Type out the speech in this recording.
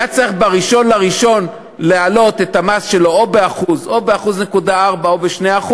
היה צריך ב-1 בינואר להעלות את המס או ב-1% או ב-1.4% או ב-2%,